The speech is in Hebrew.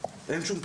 אין שום פתרון.